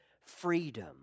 freedom